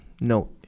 No